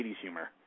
humor